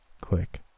click